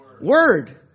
word